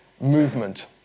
movement